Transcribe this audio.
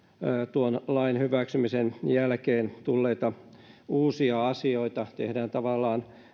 tuon lain hyväksymisen jälkeen tulleita uusia asioita tehdään tavallaan